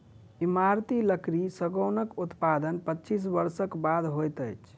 इमारती लकड़ी सागौनक उत्पादन पच्चीस वर्षक बाद होइत अछि